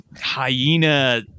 hyena